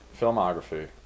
filmography